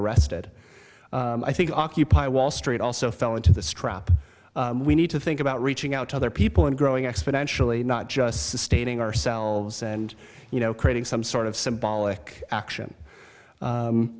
arrested i think occupy wall street also fell into the strop we need to think about reaching out to other people and growing exponentially not just sustaining ourselves and you know creating some sort of symbolic action